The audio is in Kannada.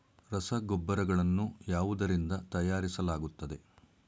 ರಸಗೊಬ್ಬರಗಳನ್ನು ಯಾವುದರಿಂದ ತಯಾರಿಸಲಾಗುತ್ತದೆ?